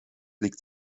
liegt